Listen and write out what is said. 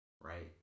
Right